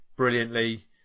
brilliantly